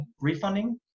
refunding